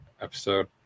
episode